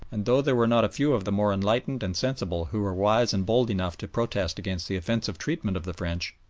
and though there were not a few of the more enlightened and sensible who were wise and bold enough to protest against the offensive treatment of the french,